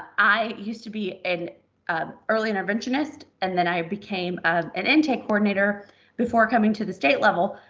i used to be an early interventionist, and then i became ah an intake coordinator before coming to the state level,